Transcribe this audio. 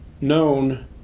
known